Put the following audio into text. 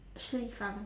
食立方